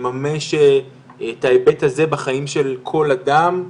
לממש את ההיבט הזה בחיים של כל אדם,